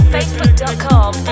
Facebook.com